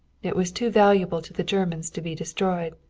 it was too valuable to the germans to be destroyed.